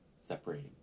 separating